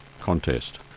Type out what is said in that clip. contest